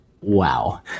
Wow